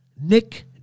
Nick